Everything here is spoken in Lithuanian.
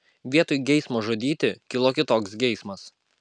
vietoj geismo žudyti kilo kitoks geismas